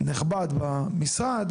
נכבד במשרד